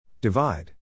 Divide